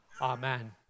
Amen